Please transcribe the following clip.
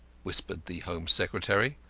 whispered the home secretary,